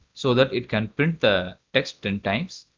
so that it can print the text in times.